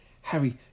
Harry